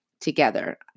together